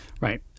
Right